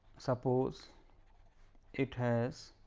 suppose it has